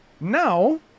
now